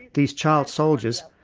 these child soldiers,